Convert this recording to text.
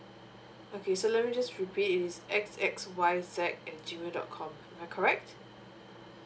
okay so let me just repeat is x x y z at G mail dot com am I correct